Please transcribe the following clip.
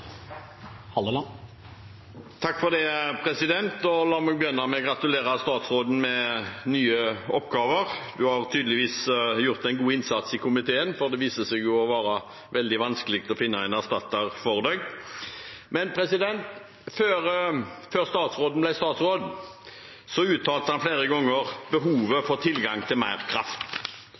Det blir replikkordskifte. La meg begynne med å gratulere statsråden med nye oppgaver. Han har tydeligvis gjort en god innsats i komiteen, for det viser seg å være veldig vanskelig å finne en erstatter for ham. Før statsråden ble statsråd, uttalte han flere ganger behovet for tilgang til mer kraft.